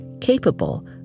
capable